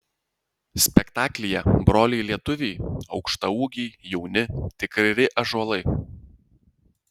spektaklyje broliai lietuviai aukštaūgiai jauni tikri ąžuolai